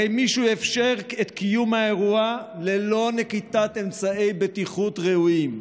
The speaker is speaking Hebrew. הרי מישהו אפשר את קיום האירוע ללא נקיטת אמצעי בטיחות ראויים.